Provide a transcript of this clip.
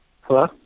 Hello